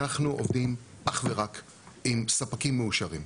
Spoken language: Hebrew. אנחנו עובדים אך ורק עם ספקים מאושרים.